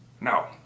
No